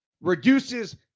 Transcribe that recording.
reduces